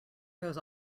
goes